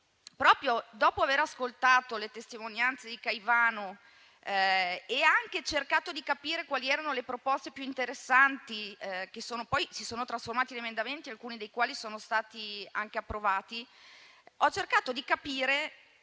Proprio dopo aver ascoltato le testimonianze di Caivano e aver cercato di capire quali erano le proposte più interessanti che poi si sono trasformate in emendamenti, alcuni dei quali sono stati anche approvati, ho cercato di capire